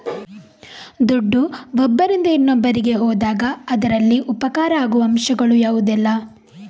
ದುಡ್ಡು ಒಬ್ಬರಿಂದ ಇನ್ನೊಬ್ಬರಿಗೆ ಹೋದಾಗ ಅದರಲ್ಲಿ ಉಪಕಾರ ಆಗುವ ಅಂಶಗಳು ಯಾವುದೆಲ್ಲ?